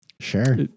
sure